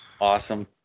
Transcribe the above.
Awesome